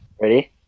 Ready